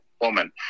woman